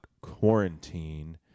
quarantine